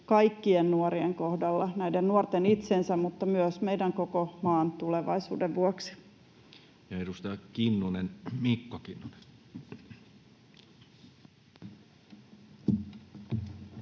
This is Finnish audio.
kaikkien nuorien kohdalla, näiden nuorten itsensä mutta myös meidän koko maan tulevaisuuden vuoksi. [Speech 188] Speaker: Toinen